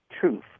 Truth